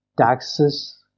Taxes